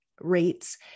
rates